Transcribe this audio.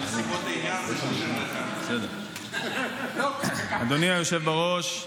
בנסיבות העניין זה 31. אדוני היושב-ראש,